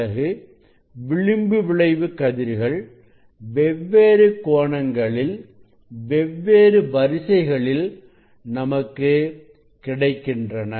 பிறகு விளிம்பு விளைவு கதிர்கள் வெவ்வேறு கோணங்களில் வெவ்வேறு வரிசைகளில் நமக்கு கிடைக்கின்றன